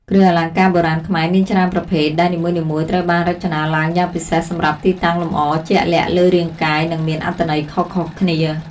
គ្រឿងអលង្ការបុរាណខ្មែរមានច្រើនប្រភេទ ដែលនីមួយៗត្រូវបានរចនាឡើងយ៉ាងពិសេសសម្រាប់ទីតាំងលម្អជាក់លាក់លើរាងកាយ និងមានអត្ថន័យខុសៗគ្នា។